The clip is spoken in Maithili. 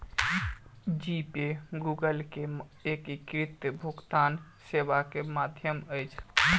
जी पे गूगल के एकीकृत भुगतान सेवाक माध्यम अछि